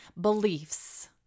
beliefs